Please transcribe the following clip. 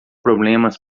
problemas